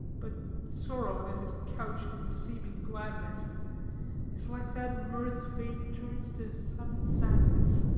but sorrow that is couch'd in seeming gladness is like that mirth fate turns to sudden sadness.